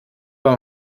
beim